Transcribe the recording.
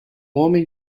homem